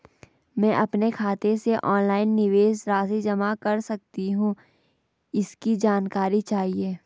मैं अपने खाते से ऑनलाइन निवेश राशि जमा कर सकती हूँ इसकी जानकारी चाहिए?